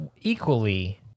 equally